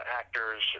actors